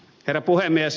herra puhemies